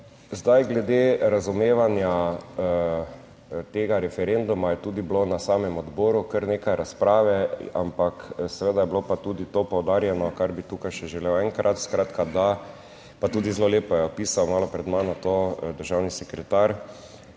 Zdaj, glede razumevanja tega referenduma je tudi bilo na samem odboru kar nekaj razprave, ampak seveda je bilo pa tudi to poudarjeno, kar bi tukaj še želel enkrat, skratka, pa tudi zelo lepo je opisal malo pred mano to državni sekretar.